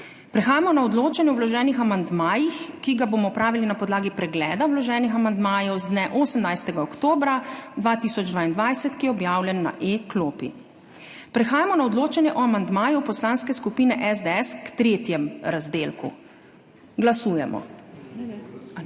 Prehajamo na odločanje o vloženih amandmajih, ki ga bomo opravili na podlagi pregleda vloženih amandmajev z dne 18. oktobra 2022, ki je objavljen na e-klopi. Prehajamo na odločanje o amandmaju Poslanske skupine SDS k tretjemu razdelku. Glasujemo.